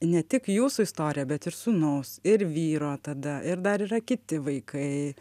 ne tik jūsų istorija bet ir sūnaus ir vyro tada ir dar yra kiti vaikai